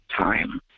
time